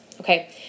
okay